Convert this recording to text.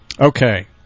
Okay